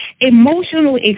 emotional